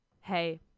hey